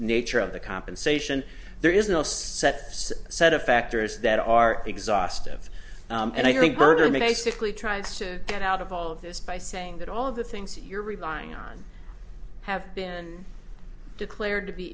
nature of the compensation there is no sets a set of factors that are exhaustive and i think berger basically tries to get out of all of this by saying that all of the things you're relying on have been declared to be